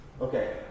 Okay